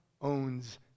owns